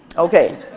okay.